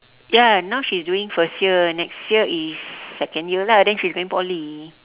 ya now she's doing first year next year is second year lah then she's going poly